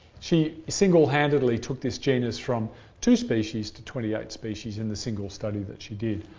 she single-handedly took this genus from two species to twenty eight species in the single study that she did,